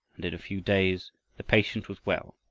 and in a few days the patient was well.